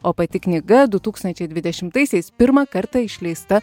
o pati knyga du tūkstančiai dvidešimtaisiais pirmą kartą išleista